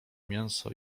mięso